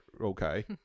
okay